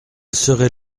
serait